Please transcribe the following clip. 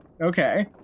Okay